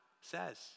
says